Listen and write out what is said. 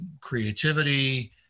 creativity